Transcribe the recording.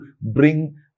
bring